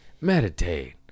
meditate